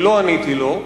לא עניתי לו,